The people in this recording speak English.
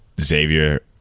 Xavier